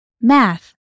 Math